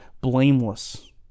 blameless